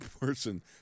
person